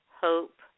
hope